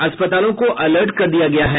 अस्पतालों को अलर्ट कर दिया गया है